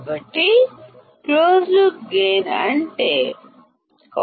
కాబట్టి ఒకవేళ closed loop gain ఉంటే ఏంటి